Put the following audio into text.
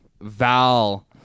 Val